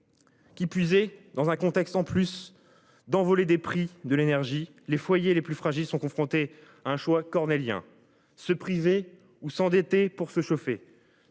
Qui puiser dans un contexte en plus d'envolée des prix de l'énergie, les foyers les plus fragiles sont confrontés à un choix cornélien. Se priver ou s'endetter pour se chauffer.